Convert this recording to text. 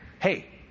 Hey